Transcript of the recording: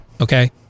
Okay